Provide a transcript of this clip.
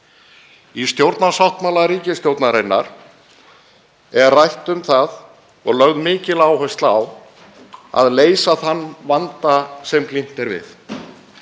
Í stjórnarsáttmála ríkisstjórnarinnar er rætt um það og lögð mikil áhersla á að leysa þann vanda sem glímt er við.